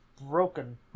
broken